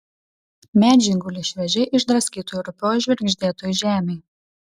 medžiai guli šviežiai išdraskytoj rupioj žvirgždėtoj žemėj